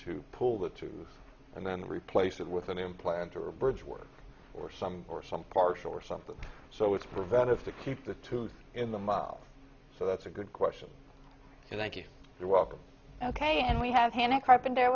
to pull that to and then replace it with an implant or a bridge work or some or some partial or something so it's preventive to keep the tooth in the mouth so that's a good question and i get the welcome ok and we have hannah kipen the